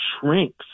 shrinks